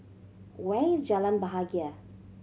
where is Jalan Bahagia